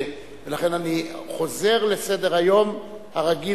ולכן אני חוזר לסדר-היום הרגיל,